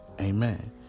amen